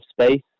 space